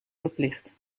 verplicht